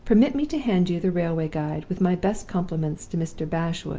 permit me to hand you the railway guide, with my best compliments to mr. bashwood,